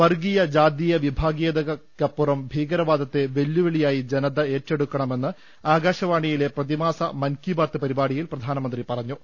വർഗ്ഗീയ ജാതീയ വിഭാഗീയതയ്ക്കപ്പുറം ഭീക രവാദത്തെ വെല്ലുവിളിയായി ്ജനത ഏറ്റെടുക്കണമെന്ന് ആകാശവാണി യിലെ പ്രതിമാസ മൻകിബാത് പരിപാടിയിൽ പ്രധാനമന്ത്രി പറഞ്ഞു